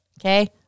okay